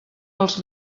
pels